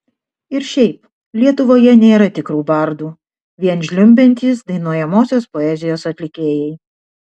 ir šiaip lietuvoje nėra tikrų bardų vien žliumbiantys dainuojamosios poezijos atlikėjai